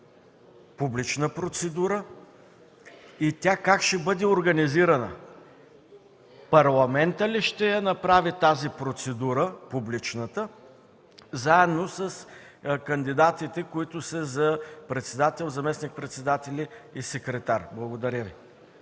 политическите партии и как ще бъде организирана? Парламентът ли ще направи тази процедура – публичната, заедно с кандидатите, които са за председател, заместник-председатели и секретар? Благодаря.